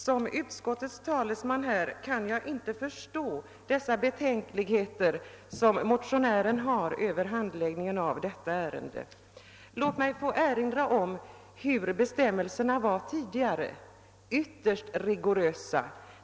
Som utskottets talesman kan jag emellertid inte förstå de betänkligheter motionären hyser mot handläggningen av ärendet. Låt mig erinra om hur bestämmelserna var utformade tidigare. De var ytterst rigorösa.